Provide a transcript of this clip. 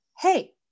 Hey